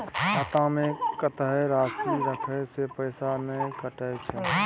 खाता में कत्ते राशि रखे से पैसा ने कटै छै?